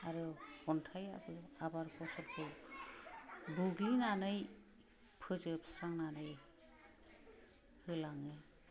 आरो अन्थाइआबो आबाद फसलखौ बुग्लिनानै फोजोबस्रांनानै होलाङो